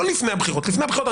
לא לפני הבחירות לפני הבחירות,